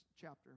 chapter